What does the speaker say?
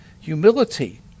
humility